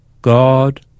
God